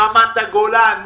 רמת הגולן,